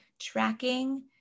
tracking